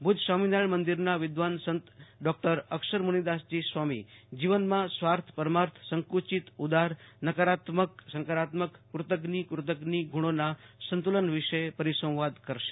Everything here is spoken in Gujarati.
ભુજ સ્વામીનારાયણ મંદિરના વિદ્વાન સંત ડોક્ટર અક્ષરમુનીદસ સ્વામી જીવનમાં સ્વાર્થ પરમાર્થ સંકુચિત ઉદાર નકારાત્મક સકારાત્મક ગુણોના સંતુલન વિષે પરિસંવાદ કરશે